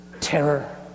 terror